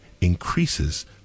increases